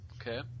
Okay